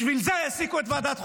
בשביל זה העסיקו את ועדת חוקה.